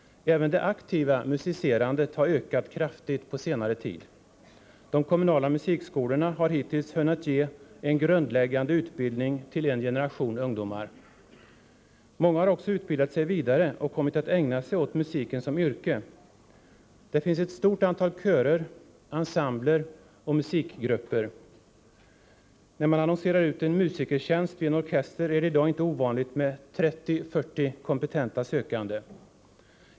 Även det aktiva musicerandet har ökat kraftigt på senare tid. De kommunala musikskolorna har hittills hunnit ge en grundläggande utbildning till en generation ungdomar. Många har också utbildat sig vidare och kommit att ägna sig åt musiken som yrke. Det finns ett stort antal körer, ensembler och musikgrupper. När man annonserar ut en musikertjänt vid en orkester är det i dag inte ovanligt med 30-40 kompetenta sökande.